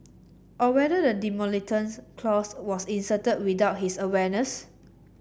or whether the demolitions clause was inserted without his awareness